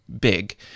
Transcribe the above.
BIG